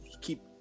keep